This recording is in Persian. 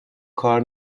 کار